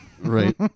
Right